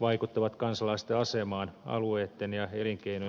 vaikuttavat kansalaisten asemaan ja alueitten ja elinkeinojen kehittymiseen